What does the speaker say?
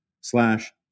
slash